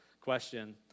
question